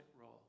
role